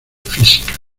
física